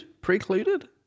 Precluded